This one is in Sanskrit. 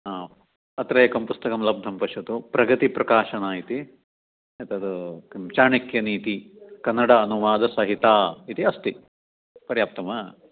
अत्र एकं पुस्तकं लब्धं पश्यतु प्रगतिप्रकाशनम् इति एतद् किं चाणक्यनीतिः कन्नड अनुवादसहिता इति अस्ति पर्याप्तं वा